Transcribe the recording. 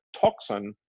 toxin